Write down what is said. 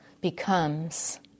becomes